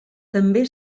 també